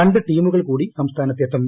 രണ്ട് ടീമുകൾ കൂടി സംസ്ഥാനത്തെത്തും